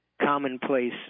commonplace